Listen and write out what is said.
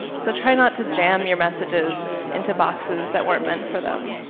so try not to jam your messages into boxes that weren't meant for them.